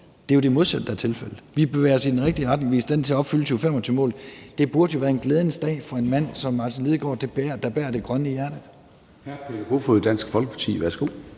Det er jo det modsatte, der er tilfældet. Vi bevæger os i den rigtige retning. Vi er i stand til at opfylde 2025-målet. Det burde jo være en glædens dag for en mand, som Martin Lidegaard, der bærer det grønne i hjertet. Kl. 13:41 Formanden (Søren Gade): Hr.